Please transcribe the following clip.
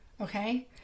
Okay